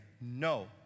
No